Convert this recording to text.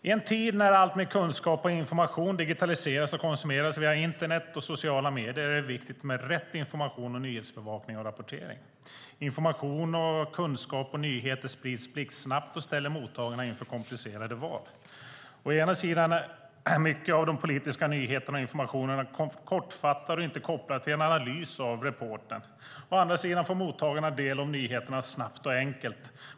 I en tid när alltmer kunskap och information digitaliseras och konsumeras via internet och sociala medier är det viktigt med rätt information och med nyhetsbevakning och rapportering. Information, kunskap och nyheter sprids blixtsnabbt och ställer mottagarna inför komplicerade val. Å ena sidan är mycket av de politiska nyheterna och av informationen kortfattat och inte kopplat till en analys av reportern. Å andra sidan får mottagarna snabbt och enkelt del av nyheterna.